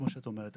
כמו שאת אומרת,